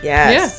Yes